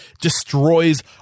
destroys